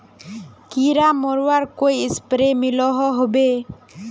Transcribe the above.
कीड़ा मरवार कोई स्प्रे मिलोहो होबे?